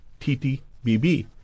TTBB